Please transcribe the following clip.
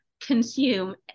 consume